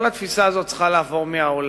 כל התפיסה הזאת צריכה לעבור מהעולם.